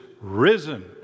risen